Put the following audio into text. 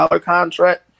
contract